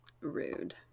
rude